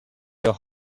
your